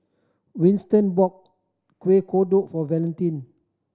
Winston bought Kueh Kodok for Valentin